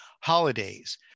holidays